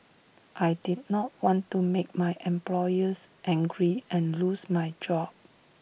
I did not want to make my employers angry and lose my job